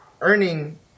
earning